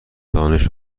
دانش